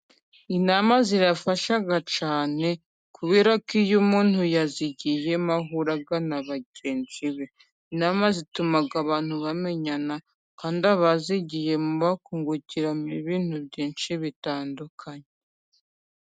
Inama zirafasha cyane. Kubera ko iyo umuntu yazigiyemo ahura arahura n'abagenzi be. Imana zituma abantu bamenyana kandi abazigiyemo bakungukiramo ibintu byinshi bitandukanye.